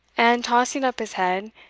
and, tossing up his head,